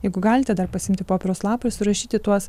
jeigu galite dar pasiimti popieriaus lapą ir surašyti tuos